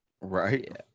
Right